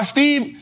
Steve